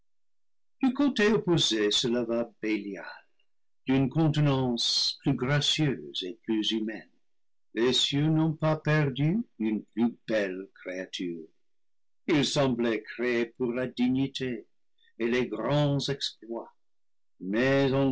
d'une contenance plus gracieuse et plus humaine les cieux n'ont pas perdu une plus belle créature il semblait créé pour la dignité et les grands exploits mais